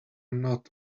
not